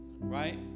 right